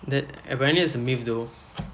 that apparently it's a myth though